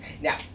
Now